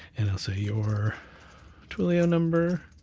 and i'll say your twilio number,